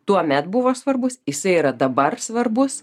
tuomet buvo svarbus jisai yra dabar svarbus